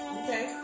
okay